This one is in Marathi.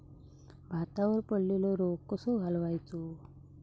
भातावर पडलेलो रोग कसो घालवायचो?